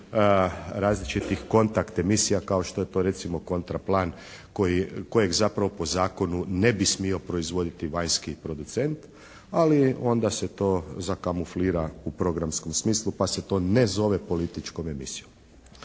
različitih kontakt emisija kao što je to recimo kontra plan kojeg zapravo po zakonu ne bi smio proizvoditi vanjski producent, ali onda se to zakamuflira u programskom smislu pa se to ne zove političkom emisijom